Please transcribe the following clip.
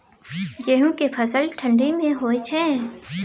गेहूं के फसल ठंडी मे होय छै?